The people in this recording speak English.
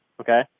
Okay